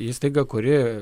įstaiga kuri